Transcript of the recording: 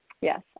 Yes